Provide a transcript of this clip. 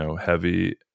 heavy